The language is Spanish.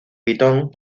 python